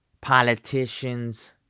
politicians